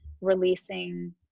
releasing